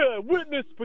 witness